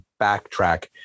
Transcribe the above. backtrack